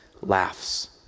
laughs